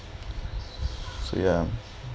so ya